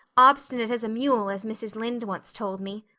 obstinate as a mule as mrs. lynde once told me,